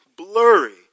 Blurry